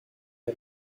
him